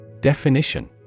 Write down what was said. Definition